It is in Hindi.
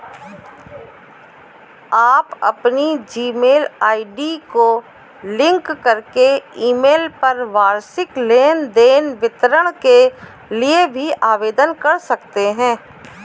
आप अपनी जीमेल आई.डी को लिंक करके ईमेल पर वार्षिक लेन देन विवरण के लिए भी आवेदन कर सकते हैं